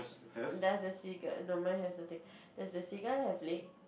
there's a cigar no mine has a thing does the cigar have a flame